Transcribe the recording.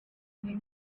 that